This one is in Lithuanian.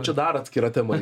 čia dar atskira tema